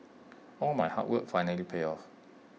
all my hard work finally paid off